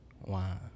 Wow